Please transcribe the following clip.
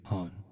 on